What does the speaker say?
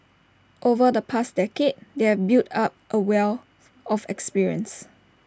over the past decade they have built up A wealth of experience